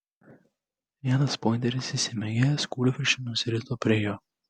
vienas pointeris įsibėgėjęs kūlvirsčia nusirito prie jo